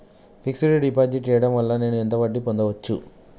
Fix డ్ deposit చేయటం వల్ల నేను ఎంత వడ్డీ పొందచ్చు?